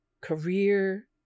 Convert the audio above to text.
career